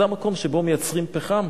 זה המקום שבו מייצרים פחם.